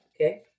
Okay